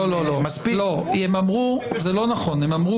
לא, זה לא נכון.